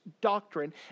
doctrine